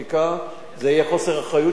זה יהיה חוסר אחריות שאני אתן לך תשובה.